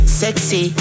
sexy